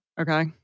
Okay